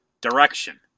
direction